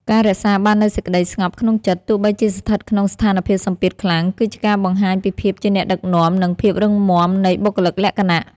ការរក្សាបាននូវសេចក្ដីស្ងប់ក្នុងចិត្ត ទោះបីជាស្ថិតក្នុងស្ថានភាពសម្ពាធខ្លាំង គឺជាការបង្ហាញពីភាពជាអ្នកដឹកនាំ និងភាពរឹងមាំនៃបុគ្គលិកលក្ខណៈ។